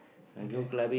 okay